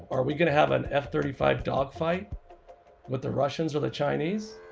are we going to have an f thirty five dogfight with the russians or the chinese?